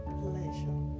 pleasure